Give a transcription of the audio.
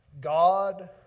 God